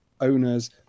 owners